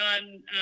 on